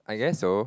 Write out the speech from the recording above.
I guess so